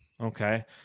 Okay